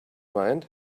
mind